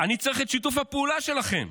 אני צריך את שיתוף הפעולה שלכם,